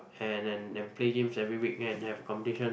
and and and play games every week and have competition